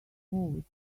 moved